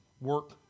work